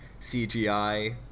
CGI